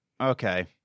Okay